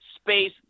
space